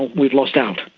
we've lost out.